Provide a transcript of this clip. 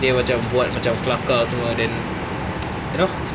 dia macam buat macam kelakar semua then you know